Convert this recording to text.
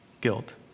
guilt